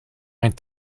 mijn